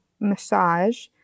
massage